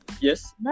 yes